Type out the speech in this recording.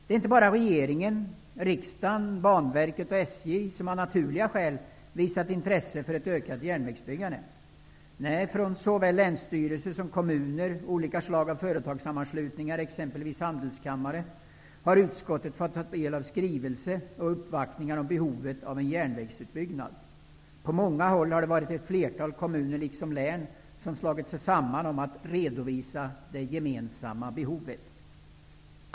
Det är inte bara regeringen, riksdagen, Banverket och SJ som av naturliga skäl visat intresse för ett ökat järnvägsbyggande. Nej, från såväl länsstyrelser som kommuner och olika slag av företagssammanslutningar, exempelvis handelskammare, har utskottet fått ta del av skrivelser och uppvaktningar om behovet av en järnvägsutbyggnad. På många håll har det varit ett flertal kommuner liksom län som slagit sig samman om att redovisa det gemensamma behovet.